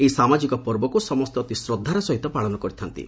ଏହି ସାମାଜିକ ପର୍ବକ୍ ସମସେ ଅତି ଶ୍ରଦ୍ଧାର ସହ ପାଳନ କରିଥାନ୍ତି